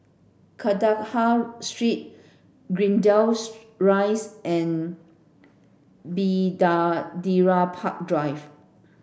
Kandahar Street Greendale's Rise and Bidadari Park Drive